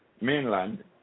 mainland